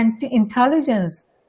intelligence